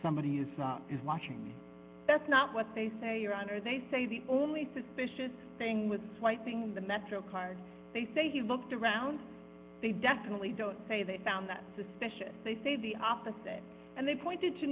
somebody is not is watching that's not what they say around or they say the only suspicious thing with swiping the metro card they say he looked around they definitely don't say they found that suspicious they say the opposite and they pointed to